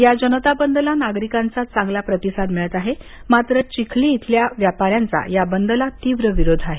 या जनता बंदला नागरिकांचा चांगला प्रतिसाद आहे मात्र चिखली इथल्या व्यापाऱ्यांचा या बंदला तीव्र विरोध आहे